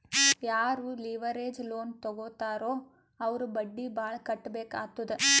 ಯಾರೂ leverage loan ತಗೋತ್ತಾರ್ ಅವ್ರು ಬಡ್ಡಿ ಭಾಳ್ ಕಟ್ಟಬೇಕ್ ಆತ್ತುದ್